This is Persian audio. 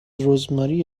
رزماری